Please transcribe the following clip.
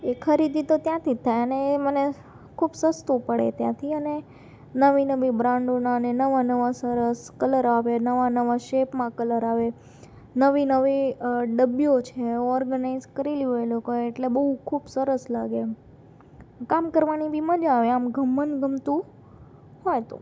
એ ખરીદી તો ત્યાંથી જ થાય અને એ મને ખૂબ સસ્તું પડે ત્યાંથી અને નવી નવી બ્રાંડોના અને નવા નવા સરસ કલર આવે નવા નવા શેપમાં કલર આવે નવી નવી ડબ્બીઓ છે ઓર્ગેનાઈઝ કરેલી હોય એ લોકોએ એટલે બહુ ખૂબ સરસ લાગે એમ કામ કરવાનું બી મજા આવે આમ મન ગમતું હોય તો